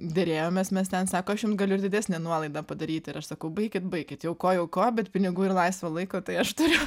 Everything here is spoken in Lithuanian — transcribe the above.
derėjomės mes ten sako aš jum galiu ir didesnę nuolaidą padaryt ir aš sakau baikit baikit jau ko jau ko bet pinigų ir laisvo laiko tai aš turiu